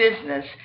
business